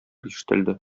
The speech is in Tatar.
ишетелде